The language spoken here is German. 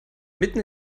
mitten